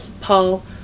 Paul